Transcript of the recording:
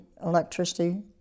electricity